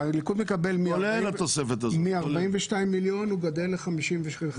הליכוד, מ-42 מיליון, הוא גדל ל-51 מיליון.